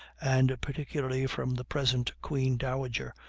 and particularly from the present queen dowager,